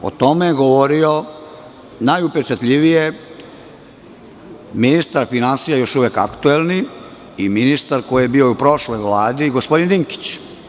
O tome je govorio najupečatljivije ministar finansija, još uvek aktuelni, i ministar koji je bio u prošloj Vladi, gospodin Dinkić.